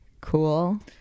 cool